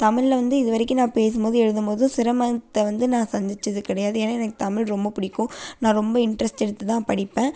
தமிழ்ல வந்து இது வரைக்கும் நான் பேசும்போதும் எழுதும்போதும் சிரமத்தை வந்து நான் சந்தித்தது கிடையாது ஏன்னா எனக்கு தமிழ் ரொம்ப பிடிக்கும் நான் ரொம்ப இன்ட்ரெஸ்ட் எடுத்து தான் படிப்பேன்